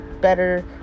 better